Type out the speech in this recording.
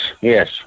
yes